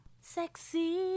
Sexy